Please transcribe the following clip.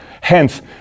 Hence